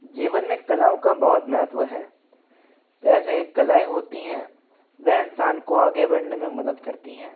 जीवन में कलाओं का बहुत महत्त्व है जैसे कलाएं होती हैं वह इंसान को आगे बढ़ने में मदद करती हैं